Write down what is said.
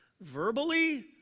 verbally